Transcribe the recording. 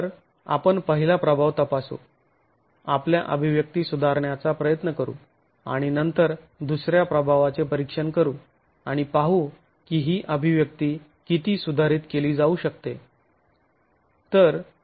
तर आपण पहिला प्रभाव तपासू आपल्या अभिव्यक्ती सुधारण्याचा प्रयत्न करू आणि नंतर दुसऱ्या प्रभावाचे परीक्षण करू आणि पाहू की ही अभिव्यक्ती किती सुधारित केली जाऊ शकते